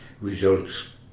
results